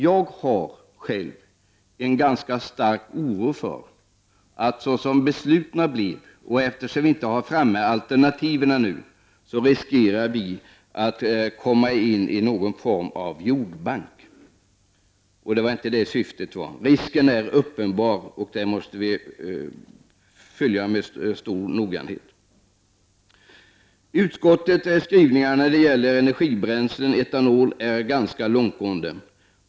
Jag är starkt orolig för, beroende på hur besluten kommer att bli och eftersom det inte finns några alternativ, att vi riskerar att skapa någon form av jordbank. Men syftet är inte det. Risken är uppenbar, och vi måste följa frågan med stor noggrannhet. Utskottets skrivningar när det gäller energibränslen och etanol är ganska långtgående.